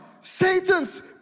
Satan's